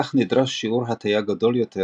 כך נדרש שיעור הטיה גדול יותר,